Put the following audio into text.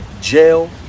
jail